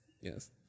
Yes